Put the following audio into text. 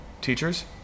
teachers